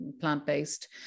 plant-based